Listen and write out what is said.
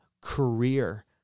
career